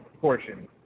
portion